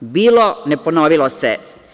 Bilo, ne ponovilo se.